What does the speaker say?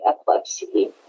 epilepsy